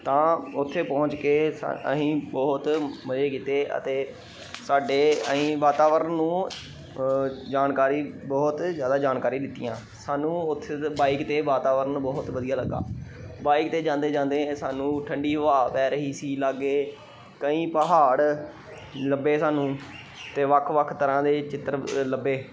ਤਾਂ ਉੱਥੇ ਪਹੁੰਚ ਕੇ ਅਸੀਂ ਬਹੁਤ ਮਜੇ ਕਿਤੇ ਅਤੇ ਸਾਡੇ ਅਸੀਂ ਵਾਤਾਵਰਨ ਨੂੰ ਜਾਣਕਾਰੀ ਬਹੁਤ ਜ਼ਿਆਦਾ ਜਾਣਕਾਰੀ ਦਿੱਤੀਆਂ ਸਾਨੂੰ ਉੱਥੇ ਦੇ ਬਾਈਕ 'ਤੇ ਵਾਤਾਵਰਨ ਬਹੁਤ ਵਧੀਆ ਲੱਗਾ ਬਾਈਕ 'ਤੇ ਜਾਂਦੇ ਜਾਂਦੇ ਸਾਨੂੰ ਠੰਡੀ ਹਵਾ ਪੈ ਰਹੀ ਸੀ ਲਾਗੇ ਕਈ ਪਹਾੜ ਲੱਭੇ ਸਾਨੂੰ ਅਤੇ ਵੱਖ ਵੱਖ ਤਰ੍ਹਾਂ ਦੇ ਚਿੱਤਰ ਲੱਭੇ